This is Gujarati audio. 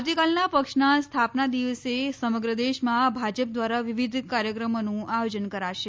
આવતીકાલના પક્ષના સ્થાપના દિવસે સમગ્ર દેશમાં ભાજપ દ્વારા વિવિધ કાર્યક્રમોનું આયોજન કરાશે